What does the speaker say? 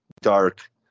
dark